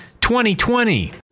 2020